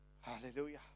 Hallelujah